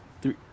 three